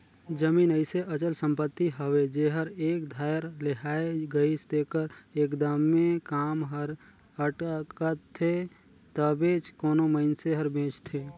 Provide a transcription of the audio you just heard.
जमीन अइसे अचल संपत्ति हवे जेहर एक धाएर लेहाए गइस तेकर एकदमे काम हर अटकथे तबेच कोनो मइनसे हर बेंचथे